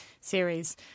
series